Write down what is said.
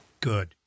Good